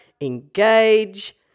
engage